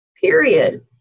period